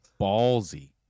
Ballsy